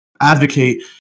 advocate